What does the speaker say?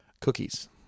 Cookies